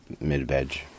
mid-veg